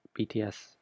BTS